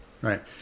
right